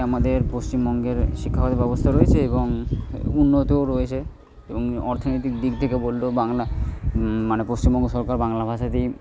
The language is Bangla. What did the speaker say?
আমাদের পশ্চিমবঙ্গের শিক্ষাগত ব্যবস্থা রয়েছে এবং উন্নতও রয়েছে এবং অর্থনীতিক দিক থেকে বললেও বাংলা মানে পশ্চিমবঙ্গ সরকার বাংলা ভাষাতেই